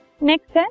Next